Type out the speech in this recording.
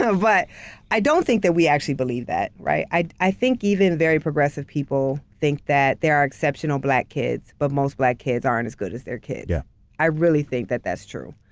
so but i don't think that we actually believe that, right? i i think even very progressive people think that there are exceptional black kids, but most black kids aren't as good as their kids. yeah i really think that that's true.